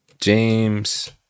james